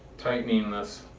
tightening this,